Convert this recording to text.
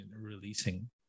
releasing